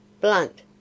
Blunt